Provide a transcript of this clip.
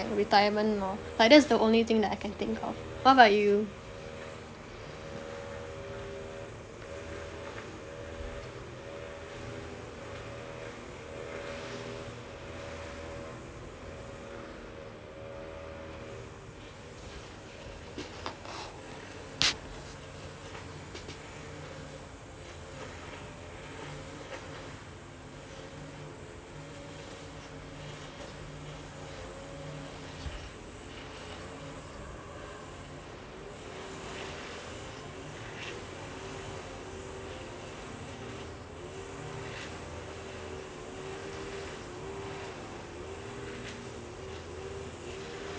retirement lor like that's the only thing I can think of what about you